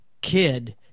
kid